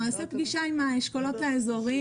אנחנו נעשה פגישה עם האשכולות האזוריים.